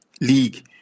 League